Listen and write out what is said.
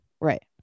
Right